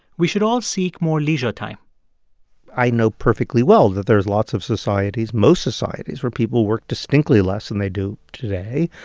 we should all seek more leisure time i know perfectly well that there's lots of societies most societies where people work distinctly less than they do today.